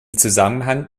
zusammenhang